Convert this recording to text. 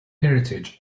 heritage